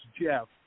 Jeff